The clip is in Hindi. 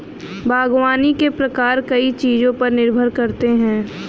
बागवानी के प्रकार कई चीजों पर निर्भर करते है